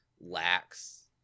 lacks